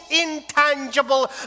intangible